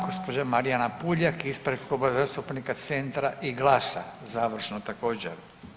Gospođa Marijana Puljak ispred Kluba zastupnika Centra i GLAS-a, završno također.